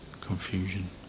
confusion